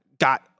got